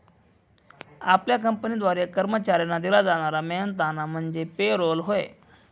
आपल्या कंपनीद्वारे कर्मचाऱ्यांना दिला जाणारा मेहनताना म्हणजे पे रोल होय